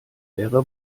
wäre